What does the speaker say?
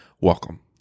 welcome